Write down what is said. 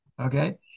Okay